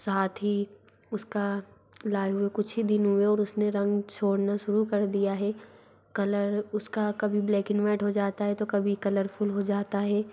साथ ही उसका लाए हुए कुछ ही दिन हुए और उस ने रंग छोड़ना शुरू कर दिया गया है कलर उसका कभी ब्लैक एन वाइट हो जाता है तो कभी कलरफुल हो जाता है